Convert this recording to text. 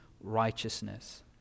righteousness